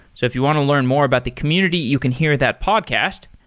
so if you want to learn more about the community, you can hear that podcast.